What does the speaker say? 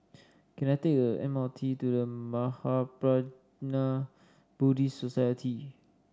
can I take the M R T to The Mahaprajna Buddhist Society